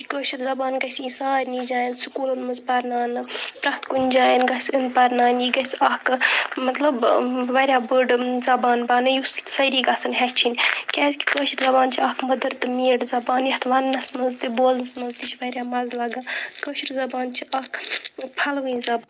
یہِ کٲشِر زَبان گژھِ یِنۍ سارنٕے جایَن سکوٗلَن منٛز پَرناونہٕ پرٛتھ کُنہِ جایَن گژھِ یُن پَرناونہِ یہِ گژھِ اَکھ مطلب واریاہ بٔڈ زَبان بَنٕنۍ یُس سٲری گژھَن ہیٚچھِنۍ کیٛازکہِ کٲشِر زَبان چھِ اَکھ مٔدٕر تہٕ میٖٹھۍ زَبان یَتھ وننَس منٛز تہِ بولنَس منٛز تہِ چھِ واریاہ مَزٕ لَگان کٲشِر زَبان چھِ اَکھ پھَلوٕنۍ زَبان